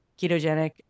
ketogenic